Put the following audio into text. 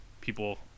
people